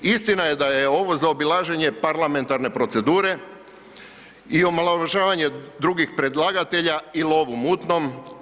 Istina je da je ovo zaobilaženje parlamentarne procedure i omalovažavanje drugih predlagatelja i lov u mutnom.